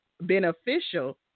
beneficial